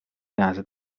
لحظه